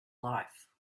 life